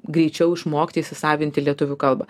greičiau išmokti įsisavinti lietuvių kalbą